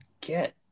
get